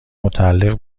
متعلق